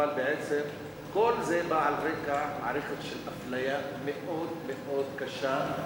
אבל בעצם כל זה בא על רקע מערכת של אפליה מאוד מאוד קשה.